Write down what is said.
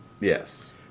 Yes